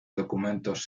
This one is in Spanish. documentos